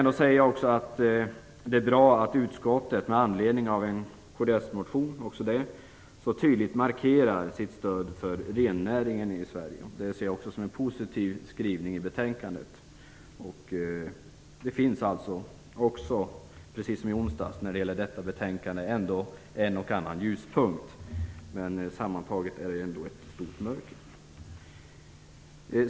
Det är bra att utskottet med anledning av en kdsmotion mycket tydligt markerar sitt stöd för rennnäringen i Sverige. Det ser jag också som en positiv skrivning i betänkandet. Precis som i onsdags finns det också i detta betänkande en och annan ljuspunkt. Men sammantaget är det ändå ett stort mörker.